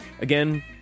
Again